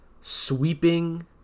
sweeping